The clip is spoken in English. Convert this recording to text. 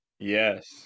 yes